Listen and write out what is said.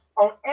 on